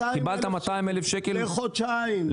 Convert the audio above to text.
קיבלתי 200,000 שקל לחודשיים.